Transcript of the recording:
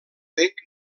bec